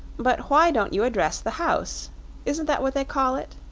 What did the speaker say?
but why don't you address the house isn't that what they call it?